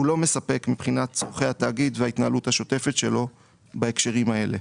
לא מספק מבחינת צורכי התאגיד וההתנהלות השוטפת שלו בהקשרים האלה.